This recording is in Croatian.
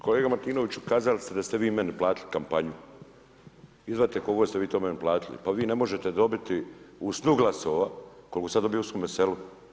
Kolega Martinović kazali ste da ste vi meni platili kampanju, izvadite koliko ste vi to meni platili, pa vi ne možete dobiti u snu glasova koliko sam ja dobio u svome selu.